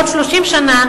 עוד 30 שנה,